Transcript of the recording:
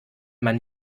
man